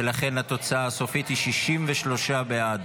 ולכן, התוצאה הסופית היא 63 בעד.